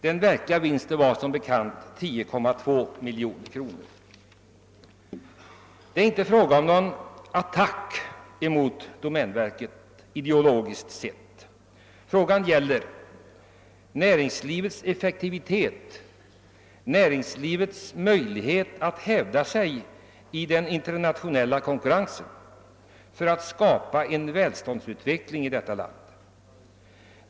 Den verkliga vinsten var som bekant 10,2 miljoner kronor. Det är inte här fråga om någon attack mot domänverket ideologiskt sett. Frågan gäller näringslivets effektivitet och möjligheter att hävda sig i den internationella konkurrensen för att skapa en välståndsutveckling i vårt land.